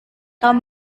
tom